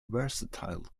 versatile